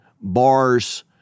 bars